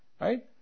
Right